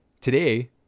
today